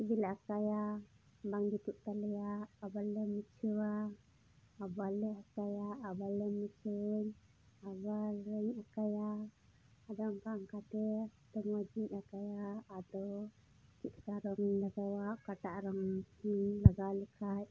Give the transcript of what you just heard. ᱪᱷᱚᱵᱤ ᱞᱮ ᱟᱸᱠᱟᱣᱟ ᱵᱟᱝ ᱡᱩᱛᱩᱜ ᱛᱟᱞᱮᱭᱟ ᱟᱫᱚ ᱟᱵᱟᱨ ᱞᱮ ᱢᱩᱪᱷᱟᱹᱣᱟ ᱟᱵᱟᱨ ᱞᱮ ᱟᱸᱠᱟᱣᱟ ᱟᱵᱟᱨ ᱞᱮ ᱢᱩᱪᱷᱟᱹᱣᱟᱧ ᱟᱵᱟᱨ ᱞᱮ ᱟᱸᱠᱟᱣᱟ ᱟᱫᱚ ᱚᱱᱠᱟ ᱚᱱᱠᱟᱛᱮ ᱛᱳ ᱢᱚᱸᱡᱽ ᱜᱮᱧ ᱟᱸᱠᱟᱣᱟ ᱟᱫᱚ ᱪᱮᱫ ᱞᱮᱠᱟ ᱨᱚᱝ ᱤᱧ ᱞᱟᱜᱟᱣᱟ ᱚᱠᱟᱴᱟᱜ ᱨᱚᱝ ᱤᱧ ᱞᱟᱜᱟᱣ ᱞᱮᱠᱷᱟᱡ